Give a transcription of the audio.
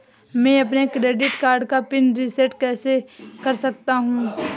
मैं अपने credit card का पिन रिसेट कैसे कर सकता हूँ?